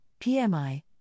PMI